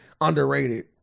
underrated